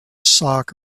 soccer